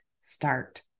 start